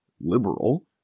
liberal